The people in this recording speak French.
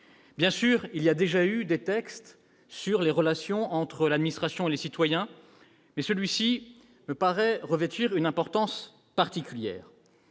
Bien sûr, il y a déjà eu des textes relatifs aux relations entre l'administration et les citoyens, mais celui-ci me paraît revêtir une importance particulière.